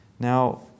Now